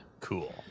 Cool